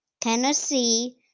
Tennessee